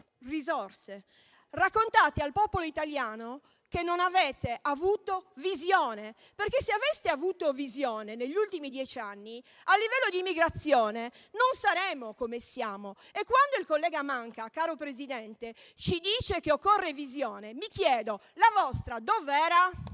risorse. Raccontate al popolo italiano che non avete avuto visione, perché, se l'aveste avuta, negli ultimi dieci anni, l'immigrazione non sarebbe ai livelli di oggi. Quando il collega Manca, caro Presidente, ci dice che occorre una visione, mi chiedo: la vostra dov'era?